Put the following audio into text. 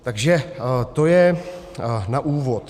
Takže to je na úvod.